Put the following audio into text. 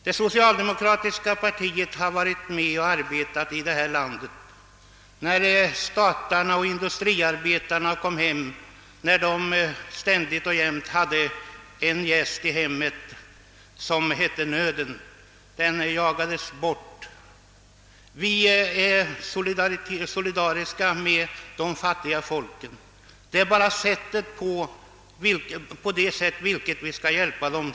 Det socialdemokratiska partiet har kämpat mot svälten i detta land när statarna och industriarbetarna ständigt hade en gäst i hemmet — nöden. Den jagades bort. Vi är solidariska med de fattiga folken. Det skiljer sig bara i fråga om på vilket sätt vi skall hjälpa dem.